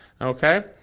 Okay